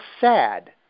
sad